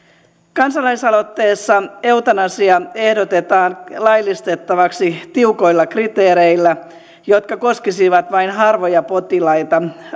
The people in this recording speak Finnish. kansalaisaloitteessa eutanasia ehdotetaan laillistettavaksi tiukoilla kriteereillä jotka koskisivat vain harvoja potilaita